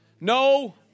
No